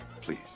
please